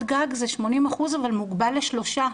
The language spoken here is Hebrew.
זה 80% אבל מוגבל לשלושה.